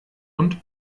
und